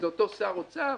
זה אותו שר אוצר?